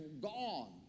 gone